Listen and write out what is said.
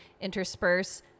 intersperse